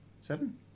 seven